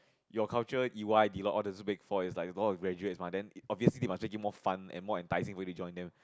your culture E_Y Deloitte all there's big four is like all the graduates mah then obviously they must make it more fun and more fun when they join them